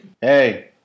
Hey